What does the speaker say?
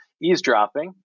eavesdropping